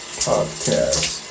podcast